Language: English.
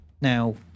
Now